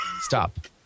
Stop